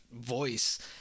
voice